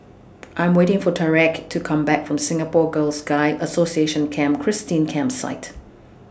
I Am waiting For Tyreke to Come Back from Singapore Girls Guides Association Camp Christine Campsite